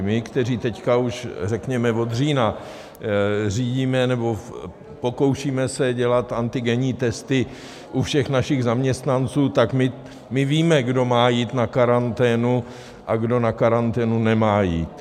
My, kteří teď už řekněme od října řídíme nebo pokoušíme se dělat antigenní testy u všech našich zaměstnanců, tak my víme, kdo má jít na karanténu a kdo na karanténu nemá jít.